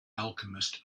alchemist